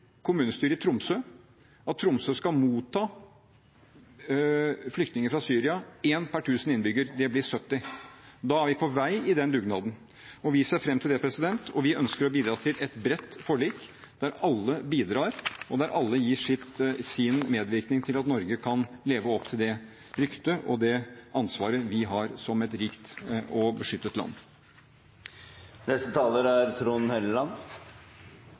kommunestyret i Tromsø at Tromsø skal motta flyktninger fra Syria, én per 1 000 innbyggere, det blir 70. Da er vi på vei i den dugnaden, og vi ser fram til det, og vi ønsker å bidra til et bredt forlik, der alle bidrar og der alle gir sin medvirkning til at Norge kan leve opp til det ryktet og det ansvaret vi har som et rikt og beskyttet land.